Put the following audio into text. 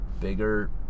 bigger